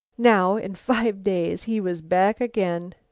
now, in five days he was back again.